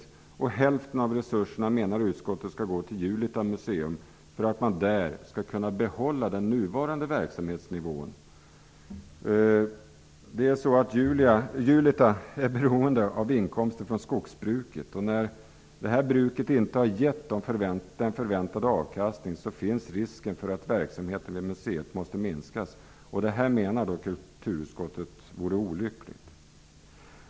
Utskottet menar att hälften av resurserna skall gå till Julita museum för att man där skall kunna behålla den nuvarande verksamhetsnivån. Julita är beroende av inkomster från skogsbruket, och eftersom detta skogsbruk inte har givit den förväntade avkastningen finns en risk för att verksamheten vid museet måste minskas. Kulturutskottet menar att det vore olyckligt.